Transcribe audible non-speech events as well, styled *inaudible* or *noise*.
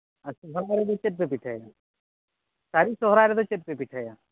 ᱟᱪᱪᱷᱟ *unintelligible* ᱨᱮᱫ ᱪᱮᱫᱯᱮ ᱯᱤᱴᱷᱟᱹᱭᱟ ᱥᱟᱹᱨᱤ ᱥᱚᱦᱨᱟᱭ ᱨᱮᱫᱚ ᱪᱮᱫᱯᱮ ᱯᱤᱴᱷᱟᱹᱭᱟ